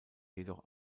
jedoch